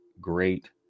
great